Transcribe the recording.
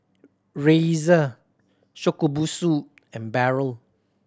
Razer Shokubutsu and Barrel